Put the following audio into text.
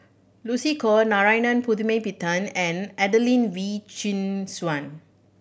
Lucy Koh Narana Putumaippittan and Adelene Wee Chin Suan